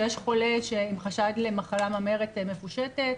כשיש חולה עם חשד למחלה ממארת מפושטת,